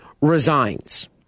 resigns